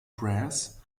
grass